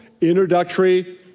introductory